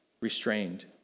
restrained